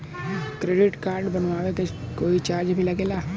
Credit card बनवावे के कोई चार्ज भी लागेला?